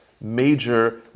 major